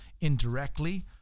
indirectly